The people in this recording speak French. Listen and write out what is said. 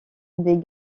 des